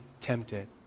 tempted